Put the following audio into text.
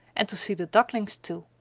and to see the ducklings too.